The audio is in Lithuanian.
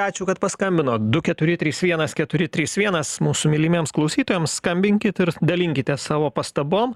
ačiū kad paskambinot du keturi trys vienas keturi trys vienas mūsų mylimiems klausytojams skambinkit ir dalinkitės savo pastabom